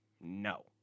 no